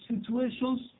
situations